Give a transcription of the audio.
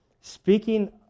speaking